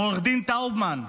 עו"ד טאובמן,